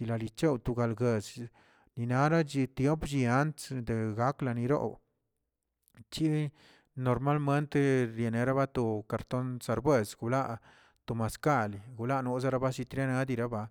yalichauch togalguezə ninara chip tiop llia atzə de gaklə row chiꞌ normalmente yenerabato ton serbues to maskali wlano shetenbastreni.